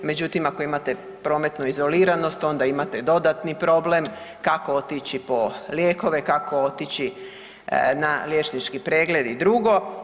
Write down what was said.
Međutim, ako imate prometnu izoliranost, onda imate dodatni problem kako otići po lijekove, kako otići na liječnički pregled i drugo.